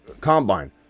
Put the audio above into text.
combine